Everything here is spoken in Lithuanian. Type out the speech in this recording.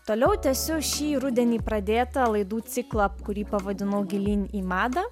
toliau tęsiu šį rudenį pradėtą laidų ciklą kurį pavadinau gilyn į madą